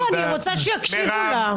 אני רוצה שיקשיבו לה.